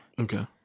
Okay